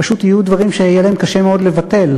פשוט יהיו דברים שיהיה להם קשה מאוד לבטל.